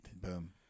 Boom